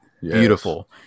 Beautiful